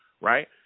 right